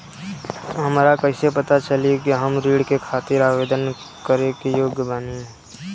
हमरा कइसे पता चली कि हम ऋण के खातिर आवेदन करे के योग्य बानी?